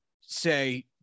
say